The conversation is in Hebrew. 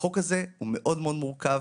החוק הזה מאוד מאוד מורכב,